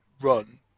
run